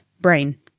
Brain